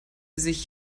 sich